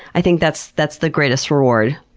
i think that's that's the greatest reward.